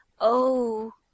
Oh